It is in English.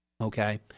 okay